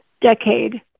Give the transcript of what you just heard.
decade